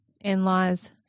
in-laws